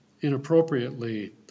inappropriately